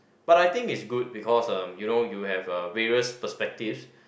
but I think is good because uh you know you have a various perspectives